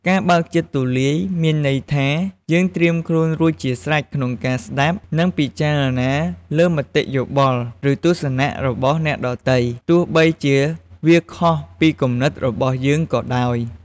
ការបើកចិត្តទូលាយ គឺមានន័យថា យើងត្រៀមខ្លួនរួចជាស្រេចក្នុងការស្តាប់ និងពិចារណាលើមតិយោបល់ ឬទស្សនៈរបស់អ្នកដទៃ ទោះបីជាវាខុសពីគំនិតរបស់យើងក៏ដោយ។